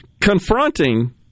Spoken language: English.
confronting